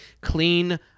clean